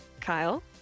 Kyle